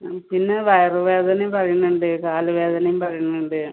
പിന്നെ വയറുവേദനേം പറയുന്നുണ്ട് കാലുവേദനേം പറയുന്നുണ്ട്